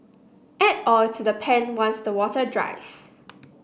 add oil to the pan once the water dries